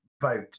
vote